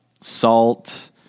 salt